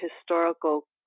historical